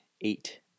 eight